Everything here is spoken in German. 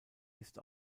ist